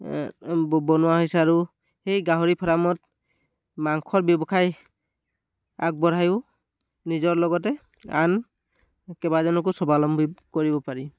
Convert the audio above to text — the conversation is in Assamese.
বনোৱা হৈছে আৰু সেই গাহৰি ফাৰ্মত মাংসৰ ব্যৱসায় আগবঢ়াইও নিজৰ লগতে আন কেইবাজনকো স্বাৱলম্বী কৰিব পাৰি